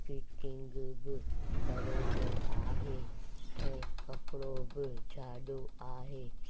fitting बि बराबरि आहे ऐं कपिड़ो बि ॼाॾो आहे